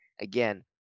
Again